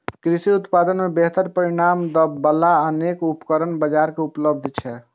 कृषि उत्पादन मे बेहतर परिणाम दै बला अनेक उपकरण बाजार मे उपलब्ध छै